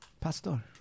Pastor